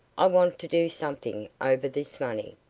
i want to do something over this money.